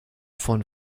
von